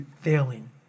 failing